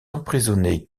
emprisonnée